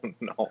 no